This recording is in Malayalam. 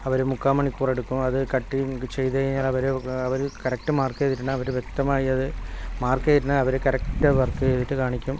അവര് മുക്കാൽ മണിക്കൂർ എടുക്കും അത് കട്ടിംഗ് ചെയ്ത് കഴിഞ്ഞാൽ അവർ അവർ കറക്റ്റ് മാർക്ക് ചെയ്തിട്ടുണ്ട് അവർ വ്യക്തമായത് മാർക്ക് ചെയ്തിട്ടുണ്ടെങ്കിൽ അവർ കറക്റ്റ് വർക്ക് ചെയ്തിട്ട് കാണിക്കും